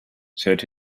said